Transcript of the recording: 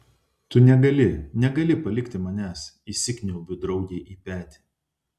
tu negali negali palikti manęs įsikniaubiu draugei į petį